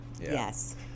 yes